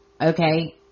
okay